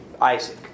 Isaac